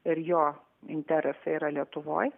ir jo interesai yra lietuvoj